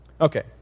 Okay